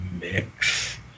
mix